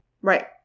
right